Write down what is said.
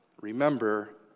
remember